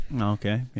Okay